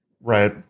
Right